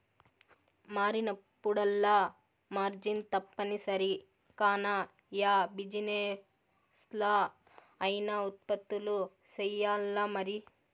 మారినప్పుడల్లా మార్జిన్ తప్పనిసరి కాన, యా బిజినెస్లా అయినా ఉత్పత్తులు సెయ్యాల్లమరి